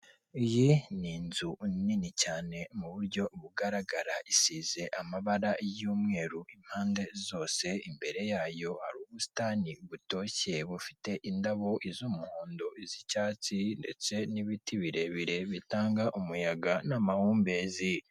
Iyi ni inzu nini cyane mu buryo bugaragara isize amabara y'umweru impande zose, imbere yayo hari ubusitani butoshye bufite indabo iz'umuhondo, iz'icyatsi ndetse n'ibiti birebire bitanga umuyaga n'amahumbezi.